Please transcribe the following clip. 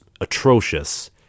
atrocious